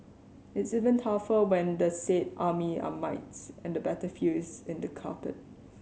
it's even tougher when the said army are mites and the battlefield is in the carpet